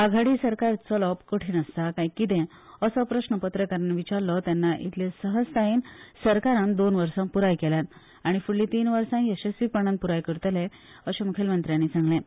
आघाडी सरकार चलोवप कठीण आसता कांय कितें असो प्रस्न पत्रकारांनी विचारलो तेन्ना इतले सहजतायेन सरकारान दोन वर्सां पूर्ण केल्यात आनी फुडलीं तीन वर्साय येसस्वीपणान पूर्ण करतले अशें मुखेलमंत्र्यानी सांगलें